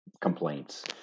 complaints